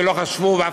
שלא חשבו,